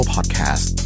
Podcast